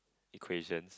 equation